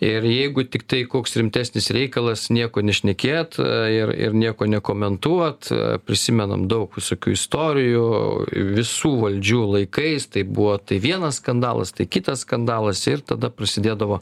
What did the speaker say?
ir jeigu tiktai koks rimtesnis reikalas nieko nešnekėt ir ir nieko nekomentuot prisimenam daug visokių istorijų visų valdžių laikais tai buvo tai vienas skandalas tai kitas skandalas ir tada prasidėdavo